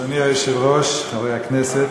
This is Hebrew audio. אדוני היושב-ראש, חברי הכנסת,